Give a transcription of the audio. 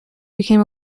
became